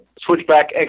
Switchback